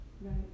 Right